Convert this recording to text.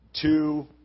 two